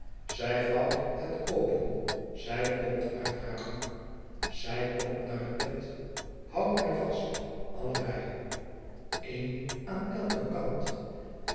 zij vouwt het open zij komt uit haar hoek zij komt naar het bed houdt mij vast allebei een aan elken kant